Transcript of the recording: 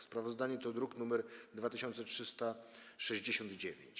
Sprawozdanie to druk nr 2369.